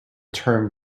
term